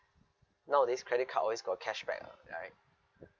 nowadays credit card always got cashback uh ya right